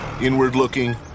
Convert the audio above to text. inward-looking